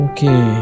Okay